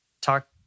talk